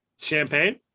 champagne